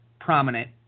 prominent